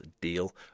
deal